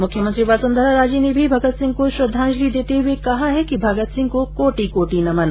मुख्यमंत्री वसुंधरा राजे ने भी भगत सिंह को श्रद्वाजंलि देते हुए कहा है कि भगत सिंह को कोटि कोटि नमन